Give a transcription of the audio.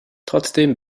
trotzdem